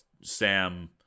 sam